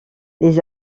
les